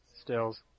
Stills